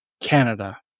Canada